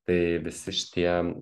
tai visi šitie